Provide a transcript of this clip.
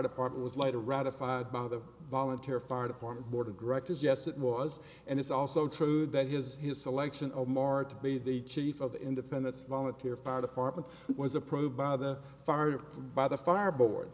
department was later ratified by the volunteer fire department board of directors yes it was and it's also true that his selection of mark to be the chief of independence volunteer fire department was approved by the fire by the fire board